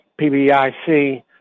PBIC